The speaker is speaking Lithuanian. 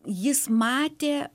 jis matė